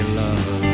love